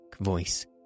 voice